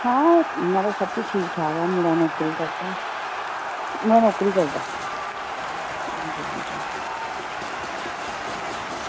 आं म्हाराज सबकुछ ठीक ठाक ऐ मुड़ा नौकरी करदा मुड़ा नौकरी करदा ऐ